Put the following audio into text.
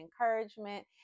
encouragement